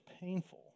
painful